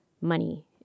Money